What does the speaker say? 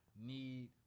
need